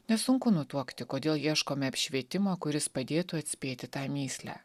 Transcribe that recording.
nesunku nutuokti kodėl ieškome apšvietimo kuris padėtų atspėti tą mįslę